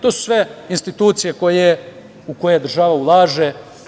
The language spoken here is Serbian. To su sve institucije u koje država ulaže.